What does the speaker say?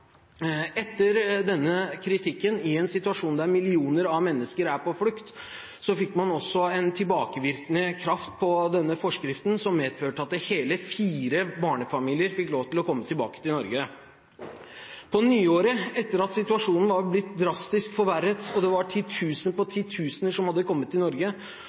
Etter denne kritikken i en situasjon der millioner av mennesker er på flukt, fikk man også en tilbakevirkende kraft tilknyttet denne forskriften, som medførte at hele fire barnefamilier fikk lov til å komme tilbake til Norge. På nyåret, etter at situasjonen var blitt drastisk forverret, og det var titusener på titusener som hadde kommet til Norge